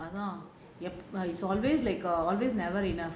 ya lah yup is always like always never enough